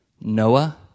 Noah